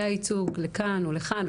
היה ייצוג לכאן או לכאן,